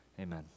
amen